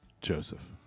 Joseph